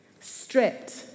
stripped